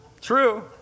True